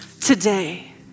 today